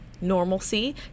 normalcy